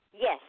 Yes